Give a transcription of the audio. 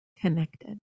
connected